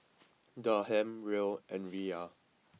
Dirham Riel and Riyal